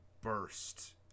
burst